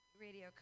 radio